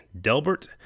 Delbert